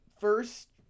first